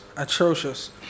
atrocious